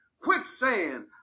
quicksand